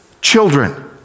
children